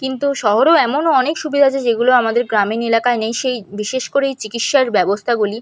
কিন্তু শহরেও এমনও অনেক সুবিধা আছে যেগুলো আমাদের গ্রামীণ এলাকায় নেই সেই বিশেষ করে এই চিকিৎসার ব্যবস্থাগুলি